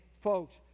folks